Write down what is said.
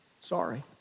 sorry